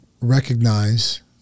recognize